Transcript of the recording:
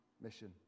mission